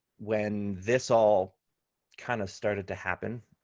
when this all kind of started to happen,